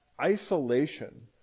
Isolation